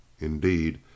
indeed